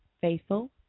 faithful